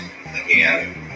again